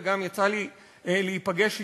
וגם יצא לי להיפגש אתם.